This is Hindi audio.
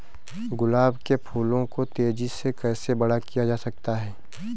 गुलाब के फूलों को तेजी से कैसे बड़ा किया जा सकता है?